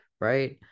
right